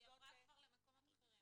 היא עברה כבר למקומות אחרים.